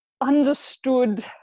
understood